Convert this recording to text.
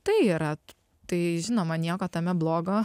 tai yra tai žinoma nieko tame blogo